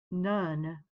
nun